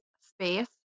space